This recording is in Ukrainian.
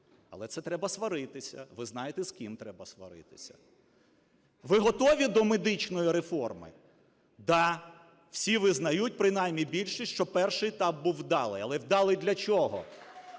Але це треба сваритися. Ви знаєте, з ким треба сваритися. Ви готові до медичної реформи? Да, всі визнають, принаймні більшість, що перший етап був вдалий. Але вдалий для чого?